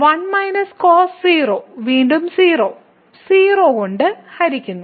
1 - cos 0 വീണ്ടും 0 0 കൊണ്ട് ഹരിക്കുന്നു